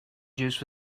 juice